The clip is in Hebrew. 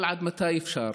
אבל עד מתי אפשר?